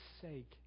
sake